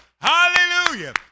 Hallelujah